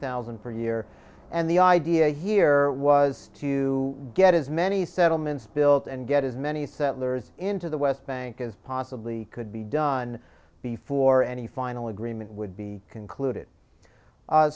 thousand per year and the idea here was to get as many settlements built and get as many settlers into the west bank as possibly could be done before any final agreement would be concluded